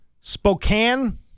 Spokane